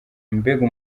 mbega